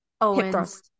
Owen's